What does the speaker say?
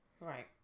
Right